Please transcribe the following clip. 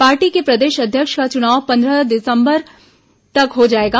party के प्रदेश अध्यक्ष का चुनाव पंद्रह दिसंबर तक हो जाएगा